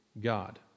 God